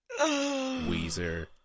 Weezer